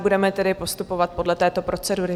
Budeme tedy postupovat podle této procedury.